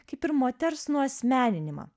kaip ir moters nuasmeninimą